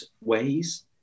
ways